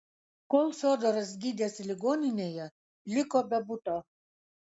kol fiodoras gydėsi ligoninėje liko be buto